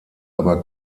aber